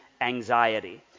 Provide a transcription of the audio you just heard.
anxiety